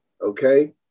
Okay